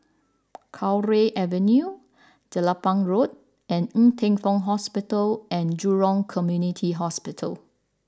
Cowdray Avenue Jelapang Road and Ng Teng Fong Hospital and Jurong Community Hospital